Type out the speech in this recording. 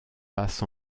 passe